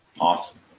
Awesome